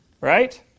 right